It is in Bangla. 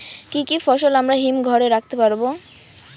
কি কি ফসল আমরা হিমঘর এ রাখতে পারব?